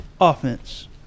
offense